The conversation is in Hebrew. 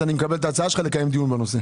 אז אני מקבל את ההצעה שלך לקיים דיון בנושא.